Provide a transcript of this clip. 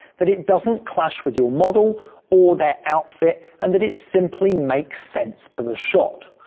that it doesn't clash with your model or their outfit and that it simply makes sense to the shot.